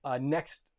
next